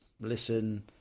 listen